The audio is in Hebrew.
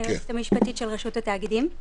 יפית בבילה שמר, היועצת המשפטית של רשות התאגידים.